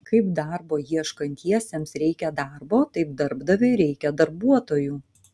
kaip darbo ieškantiesiems reikia darbo taip darbdaviui reikia darbuotojų